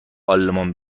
آلمان